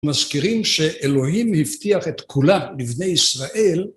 מזכירים שאלוהים הבטיח את כולה לבני ישראל.